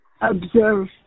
observe